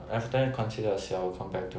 everton considered a 小团 compared to